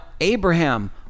Abraham